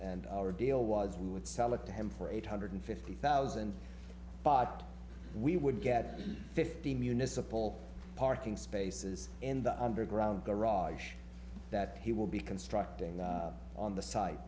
and our deal was we would sell it to him for eight hundred fifty thousand baht we would get fifty municipal parking spaces in the underground garage that he will be constructing on the site